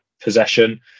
possession